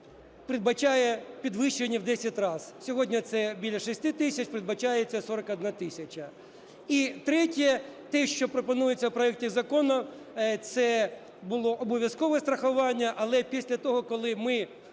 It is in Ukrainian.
підвищення в 10 раз. Сьогодні це біля 6 тисяч, передбачається 41 тисяча. І третє, те, що пропонується в проекті Закону, – це було обов’язкове страхування. Але після того, коли ми